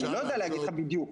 אני לא יודע להגיד לך בדיוק.